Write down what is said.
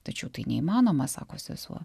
tačiau tai neįmanoma sako sesuo